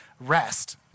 rest